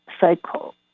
cycle